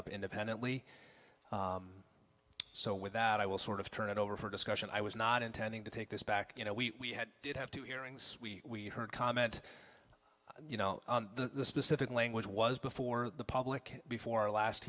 up independently so with that i will sort of turn it over for discussion i was not intending to take this back you know we did have two hearings we heard comment you know the specific language was before the public before last